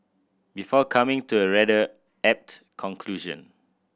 before coming to a rather apt conclusion